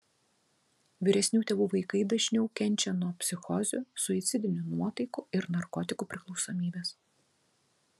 vyresnių tėvų vaikai dažniau kenčia nuo psichozių suicidinių nuotaikų ir narkotikų priklausomybės